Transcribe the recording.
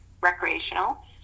recreational